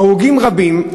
הרוגים רבים.